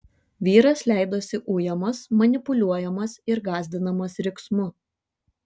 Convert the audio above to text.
vyras leidosi ujamas manipuliuojamas ir gąsdinamas riksmu